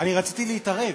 אני רציתי להתערב.